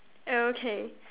okay